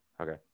okay